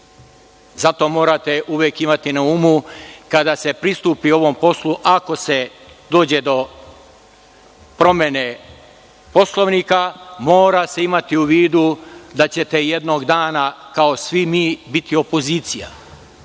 Zato morate uvek imati na umu, kada se pristupi ovom poslu, ako se dođe do promene Poslovnika, mora se imati u vidu da ćete jednog dana kao svi mi biti opozicija.